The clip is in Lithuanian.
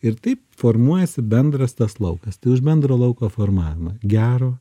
ir taip formuojasi bendras tas laukas tai už bendro lauko formavimą gero